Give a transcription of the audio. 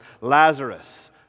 Lazarus